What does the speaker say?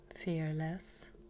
Fearless